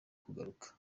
kugaruka